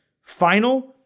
final